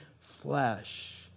flesh